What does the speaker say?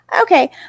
Okay